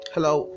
Hello